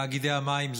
תאגידי המים,